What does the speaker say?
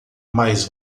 mais